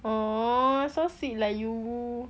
!aww! so sweet lah you